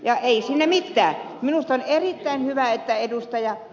ja ei siinä mitään minusta erittäin hyvä että edustaja